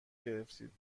گرفتید